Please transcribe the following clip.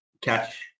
catch